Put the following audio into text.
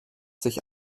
sich